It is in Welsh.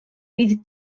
bydd